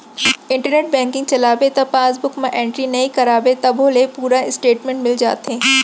internet banking चलाबे त passbook म एंटरी नइ कराबे तभो ले पूरा इस्टेटमेंट मिल जाथे